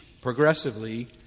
progressively